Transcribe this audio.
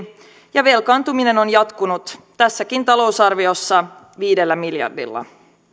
ja velkaantuminen on jatkunut tässäkin talousarviossa viidellä miljardilla